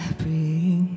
bring